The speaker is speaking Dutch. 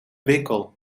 winkel